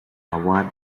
award